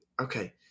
Okay